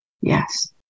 Yes